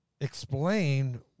explain